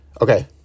Okay